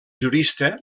jurista